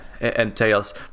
entails